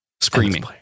Screaming